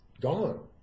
gone